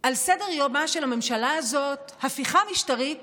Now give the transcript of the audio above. על סדר-יומה של הממשלה הזאת הפיכה משטרית